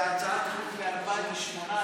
עסאקלה, מוותר, חבר הכנסת אלכס קושניר,